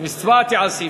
הצבעת על ההסתייגות.